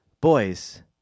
Boys